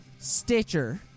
Stitcher